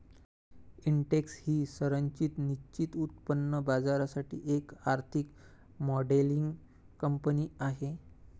Intex ही संरचित निश्चित उत्पन्न बाजारासाठी एक आर्थिक मॉडेलिंग कंपनी आहे